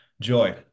joy